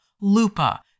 Lupa